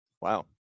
Wow